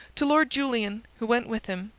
to lord julian, who went with him,